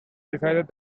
decided